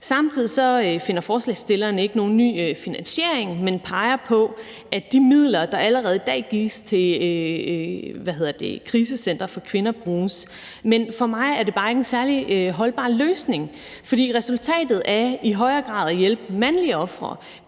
Samtidig finder forslagsstillerne ikke nogen ny finansiering, men peger på, at de midler, der allerede i dag gives til krisecentre for kvinder, bruges, men for mig er det bare ikke en særlig holdbar løsning, fordi resultatet af i højere grad at hjælpe mandlige ofre,